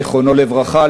זיכרונו לברכה,